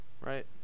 right